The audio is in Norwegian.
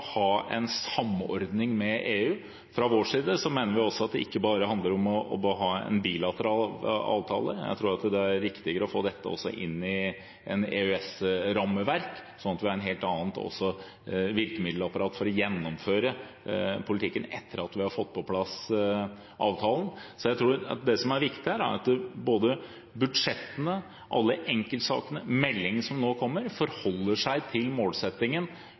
ha en bilateral avtale. Jeg tror det er riktigere å få dette også inn i et EØS-rammeverk, sånn at vi får et helt annet virkemiddelapparat for å gjennomføre politikken etter at vi har fått på plass avtalen. Jeg tror det som er viktig her, er at budsjettene, alle enkeltsakene, meldingen som nå kommer, forholder seg til målsettingen